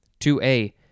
2A